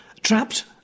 Trapped